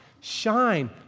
shine